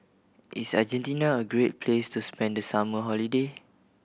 is Argentina a great place to spend the summer holiday